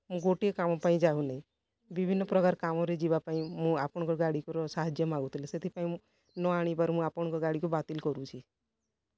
ମୁଁ ଗୋଟିଏ କାମପାଇଁ ଯାଉନି ବିଭିନ୍ନ ପ୍ରକାର କାମରେ ଯିବାପାଇଁ ମୁଁ ଆପଣଙ୍କ ଗାଡ଼ି କର ସାହାଯ୍ୟ ମାଗୁଥିଲି ସେଥିପାଇଁ ମୁଁ ନଆଣିବାରୁ ମୁଁ ଆପଣଙ୍କ ଗାଡ଼ିକୁ ବାତିଲ୍ କରୁଛି